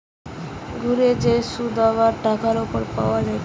ঘুরে যে শুধ আবার টাকার উপর পাওয়া যায়টে